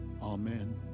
Amen